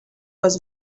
was